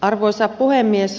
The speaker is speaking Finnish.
arvoisa puhemies